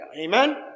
Amen